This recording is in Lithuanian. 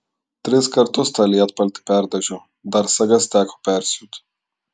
tris kartus tą lietpaltį perdažiau dar sagas teko persiūt